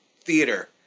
theater